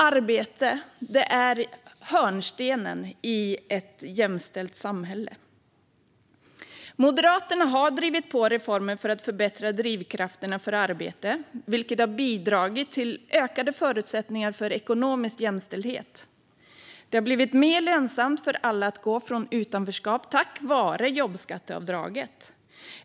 Arbete är hörnstenen i ett jämställt samhälle. Moderaterna har drivit på reformer för att förbättra drivkrafterna för arbete, vilket har bidragit till ökade förutsättningar för ekonomisk jämställdhet. Det har blivit mer lönsamt för alla att gå från utanförskap tack vare jobbskatteavdraget.